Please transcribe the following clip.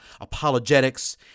apologetics